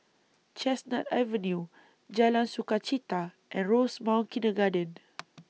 Chestnut Avenue Jalan Sukachita and Rosemount Kindergarten